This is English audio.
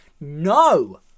no